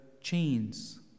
chains